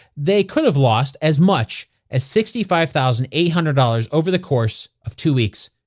they could've lost as much as sixty five thousand eight hundred dollars over the course of two weeks.